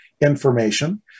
information